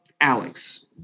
Alex